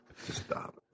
Stop